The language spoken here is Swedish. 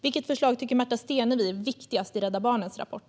Vilket förslag tycker Märta Stenevi är viktigast i Rädda Barnens rapport?